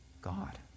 God